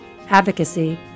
advocacy